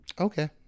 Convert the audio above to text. Okay